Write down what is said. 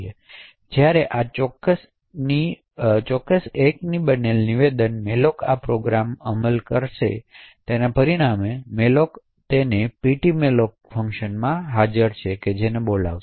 હવે જ્યારે આ ચોક્કસ 1ની બનેલી નિવેદન malloc આ પ્રોગ્રામ અમલ નહીં તે પરિણમે malloc રદબાતલ કરવાની તેમના ptmalloc માંફંકશન હાજરછે